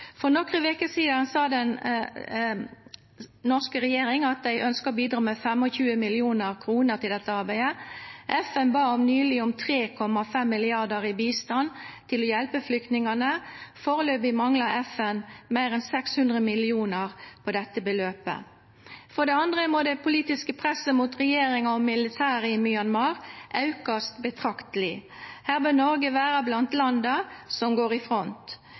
For noen uker siden sa den norske regjering at de ønsket å bidra med 25 mill. kr til dette arbeidet. FN ba nylig om 3,5 mrd. kr i bistand til å hjelpe flyktningene. Foreløpig mangler FN mer enn 600 mill. kr på dette beløpet. For det andre må det politiske presset mot regjeringen og militæret i Myanmar økes betraktelig. Her bør Norge være blant landene som går i front.